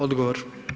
Odgovor.